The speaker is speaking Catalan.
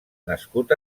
nascuts